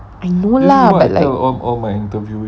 no lah but like